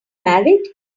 married